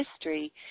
history